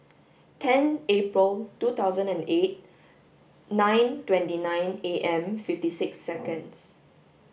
ten April two thousand and eight nine twenty nine A M fifty six seconds